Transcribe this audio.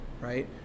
right